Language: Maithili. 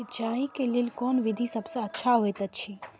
सिंचाई क लेल कोन विधि सबसँ अच्छा होयत अछि?